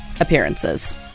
appearances